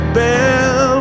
bell